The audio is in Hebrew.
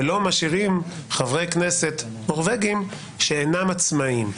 ולא משאירים חברי כנסת נורבגים שאינם עצמאים.